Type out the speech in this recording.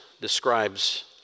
describes